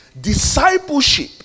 discipleship